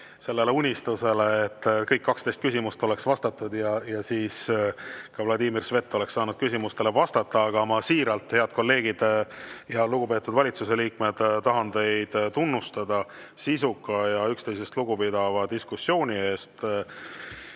ilma unistusest, et kõik 12 küsimust oleks vastatud ja ka Vladimir Svet oleks saanud küsimustele vastata. Aga ma siiralt, head kolleegid ja lugupeetud valitsuse liikmed, tahan teid tunnustada sisuka ja üksteisest lugupidava diskussiooni eest.